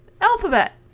Alphabet